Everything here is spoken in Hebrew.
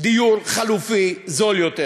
דיור חלופי זול יותר.